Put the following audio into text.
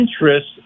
interest